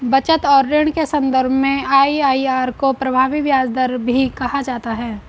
बचत और ऋण के सन्दर्भ में आई.आई.आर को प्रभावी ब्याज दर भी कहा जाता है